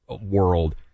world